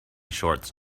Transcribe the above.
shorts